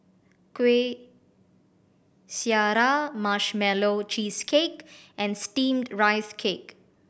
Kuih Syara Marshmallow Cheesecake and Steamed Rice Cake